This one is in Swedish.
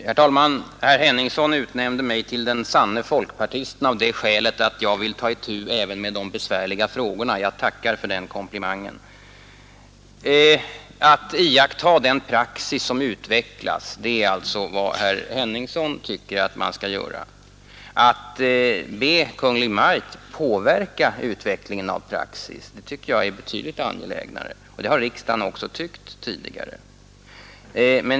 Herr talman! Herr Henningsson utnämnde mig till den sanne folkpartisten av det skälet att jag vill ta itu även med de besvärliga frågorna. Jag tackar för den komplimangen. Att iaktta den praxis som utvecklas är alltså vad herr Henningsson tycker att man skall göra. Att be Kungl. Maj:t påverka utvecklingen av praxis tycker jag är betydligt angelägnare, och det har riksdagen också tyckt tidigare.